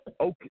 Okay